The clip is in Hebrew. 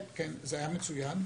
כן, זה היה מצוין.